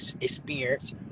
experience